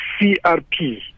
CRP